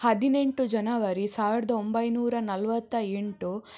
ಹದಿನೆಂಟು ಜನವರಿ ಸಾವಿರದ ಒಂಬೈನೂರ ನಲವತ್ತ ಎಂಟು